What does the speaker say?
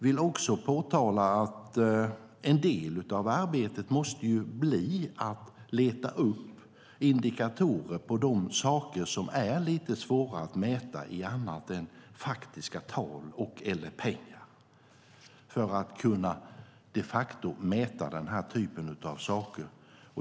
Jag vill påpeka att en del av arbetet måste bli att leta upp indikatorer på de saker som är lite svåra att mäta i annat än i faktiska tal och eller pengar för att de facto kunna mäta den här typen av saker.